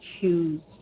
choose